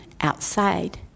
outside